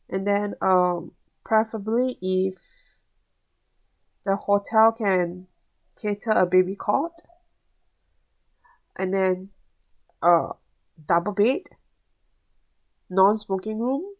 and then um preferably if the hotel can cater a baby cot and then uh double bed non-smoking room